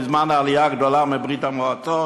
בזמן העלייה הגדולה מברית-המועצות,